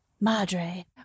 Madre